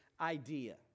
idea